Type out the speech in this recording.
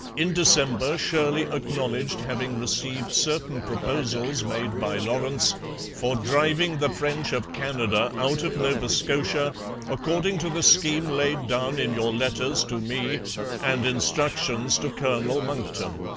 in december shirley acknowledged having received certain proposals made by lawrence for driving the french of canada out of nova scotia according to the scheme laid down in your letters to me and instructions to colonel monckton.